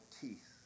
teeth